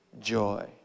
joy